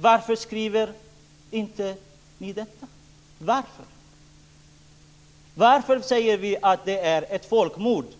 Varför skriver ni inte det? Varför säger vi att det är ett folkmord och